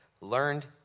learned